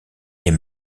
est